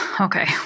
Okay